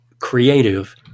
creative